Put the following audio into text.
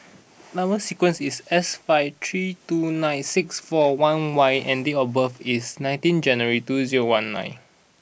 number sequence is S five three two nine six four one Y and date of birth is nineteen January two zero one nine